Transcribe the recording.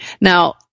Now